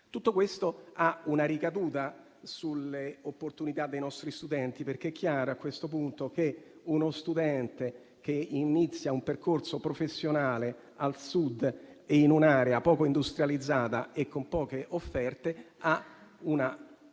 Tutto questo ha una ricaduta sulle opportunità dei nostri studenti. È chiaro, a questo punto, che uno studente, che inizia un percorso professionale al Sud e in un'area poco industrializzata e con poche offerte, ha un